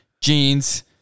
jeans